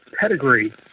pedigree